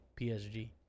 PSG